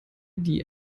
die